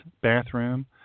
bathroom